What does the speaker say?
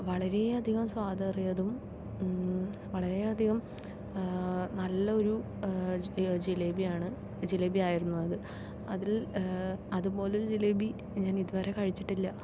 വളരെയധികം സ്വാദേറിയതും വളരെയധികം നല്ല ഒരു ജിലേബിയാണ് ജിലേബിയായിരുന്നു അത് അതിൽ അതുപോലൊരു ജിലേബി ഞാൻ ഇതുവരെ കഴിച്ചിട്ടില്ല